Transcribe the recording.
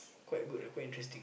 quite good ah quite interesting